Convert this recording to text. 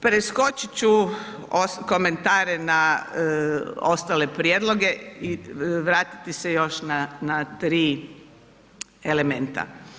Preskočit ću komentare na ostale prijedloge i vratiti se još na 3 elementa.